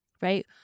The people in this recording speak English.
right